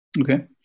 okay